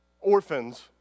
orphans